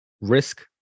risk